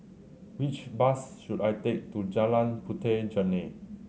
which bus should I take to Jalan Puteh Jerneh